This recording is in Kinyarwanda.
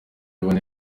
bane